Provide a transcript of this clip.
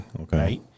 okay